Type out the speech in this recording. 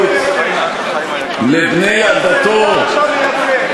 נאמנות לבני עדתו,